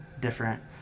different